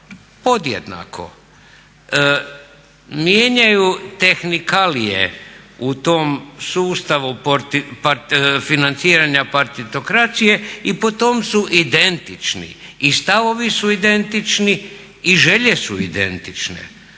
Podjednako, mijenjaju tehnikalije u tom sustavu financiranja partitokracije i po tom su identični i stavovi su identični i želje su identične.